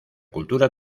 cultura